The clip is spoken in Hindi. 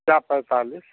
क्या पैंतालीस